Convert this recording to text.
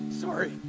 sorry